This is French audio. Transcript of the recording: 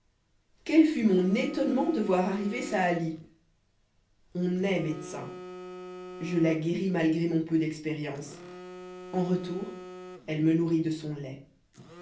quel fut mon étonnement de voir arriver saali on naît médecin je la guéris malgré mon peu d'expérience en retour elle me nourrit de son lait